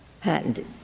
patented